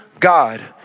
God